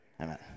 Amen